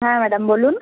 হ্যাঁ ম্যাডাম বলুন